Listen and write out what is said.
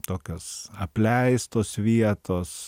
tokios apleistos vietos